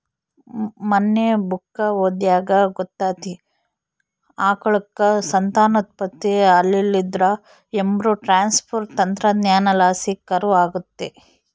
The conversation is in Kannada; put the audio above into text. ಮನ್ನೆ ಬುಕ್ಕ ಓದ್ವಾಗ ಗೊತ್ತಾತಿ, ಆಕಳುಕ್ಕ ಸಂತಾನೋತ್ಪತ್ತಿ ಆಲಿಲ್ಲುದ್ರ ಎಂಬ್ರೋ ಟ್ರಾನ್ಸ್ಪರ್ ತಂತ್ರಜ್ಞಾನಲಾಸಿ ಕರು ಆಗತ್ತೆ